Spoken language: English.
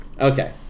Okay